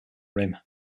rim